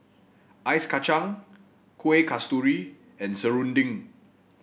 Ice Kachang Kuih Kasturi and serunding